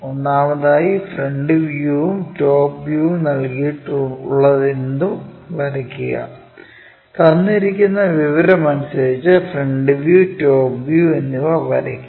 ഒന്നാമതായി ഫ്രണ്ട് വ്യൂവും ടോപ്പ് വ്യൂവും നൽകിയിട്ടുള്ളതെന്തും വരയ്ക്കുക തന്നിരിക്കുന്ന വിവരമനുസരിച്ച് ഫ്രണ്ട് വ്യൂ ടോപ്പ് വ്യൂ എന്നിവ വരയ്ക്കുക